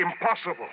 Impossible